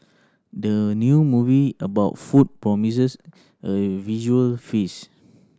the new movie about food promises a visual feast